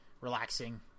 relaxing